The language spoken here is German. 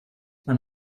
man